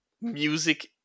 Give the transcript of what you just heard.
music